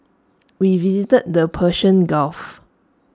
we visited the Persian gulf